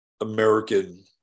American